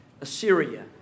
Assyria